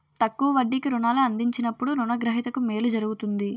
తక్కువ వడ్డీకి రుణాలు అందించినప్పుడు రుణ గ్రహీతకు మేలు జరుగుతుంది